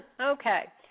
okay